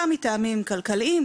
גם מטעמים כלכליים,